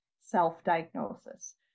self-diagnosis